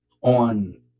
on